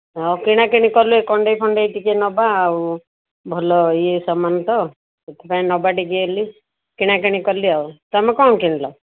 ହଁ କିଣାକିଣି କଲେ କଣ୍ଢେଇ ଫଣ୍ଢେଇ ଟିକିଏ ନେବା ଆଉ ଭଲ ଇଏ ସାମାନ ତ ସେଥିପାଇଁ ନେବା ଟିକିଏ ବୋଲି କିଣାକିଣି କଲି ଆଉ ତୁମେ କ'ଣ କିଣିଲ